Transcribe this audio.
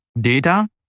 data